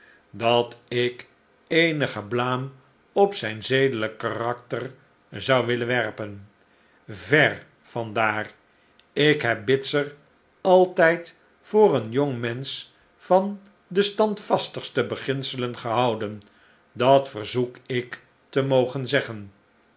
dat ik eenige blaam op zijn zedelijk karakter zou willen werpen ver van daar ik heb bitzer altijd voor een jongmensch van de stand vastigste beginselen gehouden dat verzoek ik te mogen zeggen